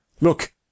Look